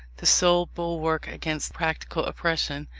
the sole bulwark against practical oppression,